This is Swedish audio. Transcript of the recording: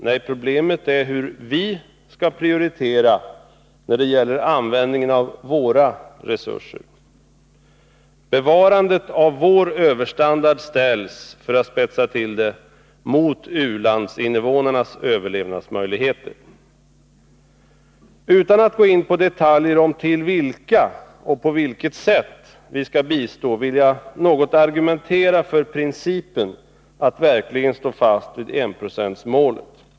Nej, problemet är hur vi skall prioritera när det gäller användningen av våra resurser. Bevarandet av vår överstandard ställs — för att spetsa till det — mot u-landsinvånarnas överlevnadsmöjligheter! Utan att gå in på detaljer om vilka och på vilket sätt vi skall bistå, vill jag något argumentera för principen att verkligen stå fast vid enprocentsmålet.